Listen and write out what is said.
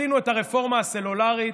עשינו את הרפורמה הסלולרית,